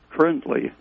currently